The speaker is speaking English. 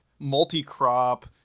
multi-crop